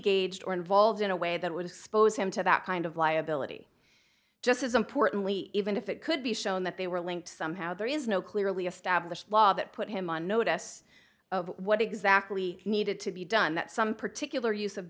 gauged or involved in a way that was s'posed him to that kind of liability just as importantly even if it could be shown that they were linked somehow there is no clearly established law that put him on notice of what exactly needed to be done that some particular use of